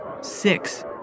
Six